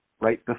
right